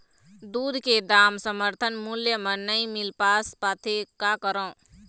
दूध के दाम समर्थन मूल्य म नई मील पास पाथे, का करों?